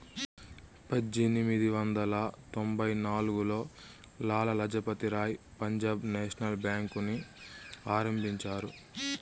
పజ్జేనిమిది వందల తొంభై నాల్గులో లాల లజపతి రాయ్ పంజాబ్ నేషనల్ బేంకుని ఆరంభించారు